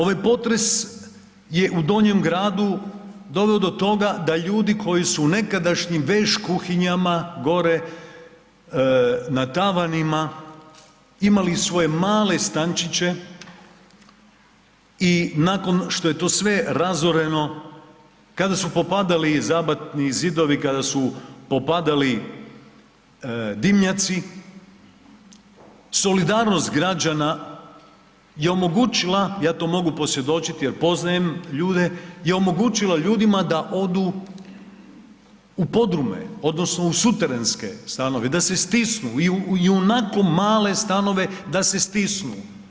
Ovaj potres je u Donjem gradu doveo do toga da ljudi koji su u nekadašnjim veš kuhinjama gore na tavanima imali svoje male stančiće i nakon što je to sve razoreno, kada su popadali i zidovi, kada su popadali dimnjaci, solidarnost građana je omogućila, ja to mogu posvjedočiti jer poznajem ljude, je omogućila ljudima da odu u podrume odnosno u suterenske stanove i u onako male stanove da se stisnu.